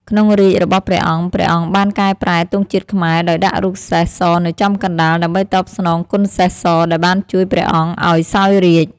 ក្នុងរាជ្យរបស់ព្រះអង្គ ព្រះអង្គបានកែប្រែទង់ជាតិខ្មែរដោយដាក់រូបសេះសនៅចំកណ្តាល ដើម្បីតបស្នងគុណសេះស ដែលបានជួយព្រះអង្គឱ្យសោយរាជ្យ ។